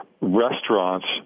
restaurants